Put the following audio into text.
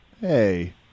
hey